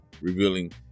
revealing